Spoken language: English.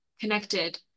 connected